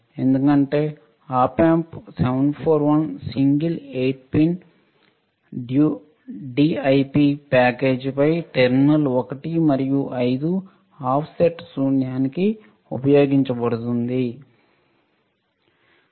ఎందుకంటే op amp 741 single 8 pin DIP package పై terminal 1 మరియు 5 ఆఫ్సెట్ శూన్యానికి ఉపయోగించబడుతుంది